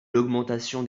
l’augmentation